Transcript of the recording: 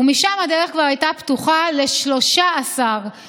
ומשם הדרך כבר הייתה פתוחה ל-13 מסתננים